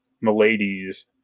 Milady's